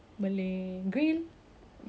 macam cara kita kan chef wan dengan chef bob